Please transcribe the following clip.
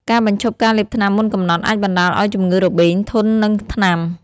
ការបញ្ឈប់ការលេបថ្នាំមុនកំណត់អាចបណ្តាលឱ្យជំងឺរបេងធន់នឹងថ្នាំ។